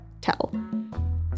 tell